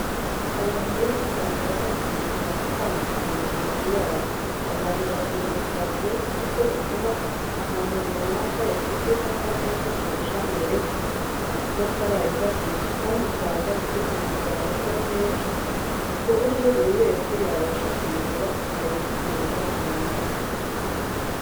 Abantu benshi usanga batunze imitako itandukanye mu mazu yabo. Abantu bakunda imitako kuko ituma ahantu runaka yashyizwe hasa neza kurusha mbere batarayihashyira. Kandi usanga igurwa amafaranga atari menci ku buryo buri wese yabasha kuyigura akayitunga mu nzu ye.